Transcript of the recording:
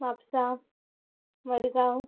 Mapusa Madgaon